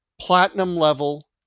platinum-level